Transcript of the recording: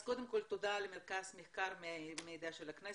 אז קודם כל תודה למרכז המחקר והמידע של הכנסת,